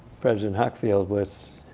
president hockfield with